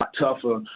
tougher